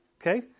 Okay